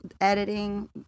editing